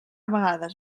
vegades